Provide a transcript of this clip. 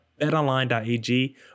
betonline.ag